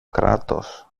κράτος